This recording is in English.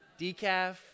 Decaf